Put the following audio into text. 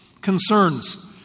concerns